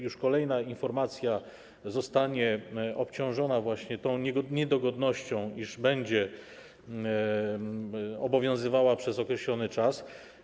Już kolejna informacja zostanie obciążona właśnie tą niedogodnością, iż będzie obowiązywała przez określony czas.